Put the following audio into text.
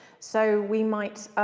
so we might